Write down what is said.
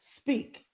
speak